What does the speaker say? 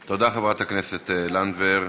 תודה, חברת הכנסת לנדבר.